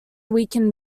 weaken